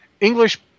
English